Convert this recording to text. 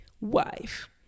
wife